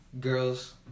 Girls